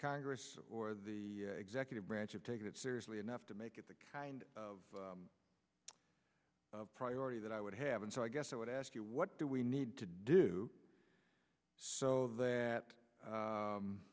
congress or the executive branch of taking it seriously enough to make it the kind of priority that i would have and so i guess i would ask you what do we need to do so that